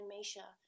Misha